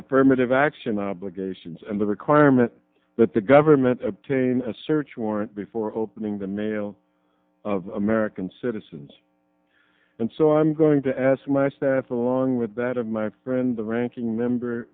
of action obligations and the requirement that the government obtain a search warrant before opening the mail of american citizens and so i'm going to ask my staff along with that of my friend the ranking member